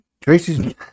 Tracy's